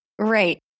Right